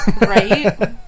right